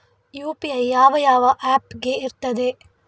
UPI ಯಾವ ಯಾವ app ಗೆ ಇರ್ತದೆ?